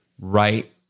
right